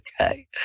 okay